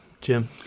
Jim